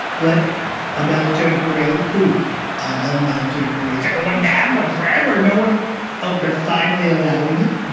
but a military parade or a military parade? yeah but wanted to have what brag or no one out there finally allowing it?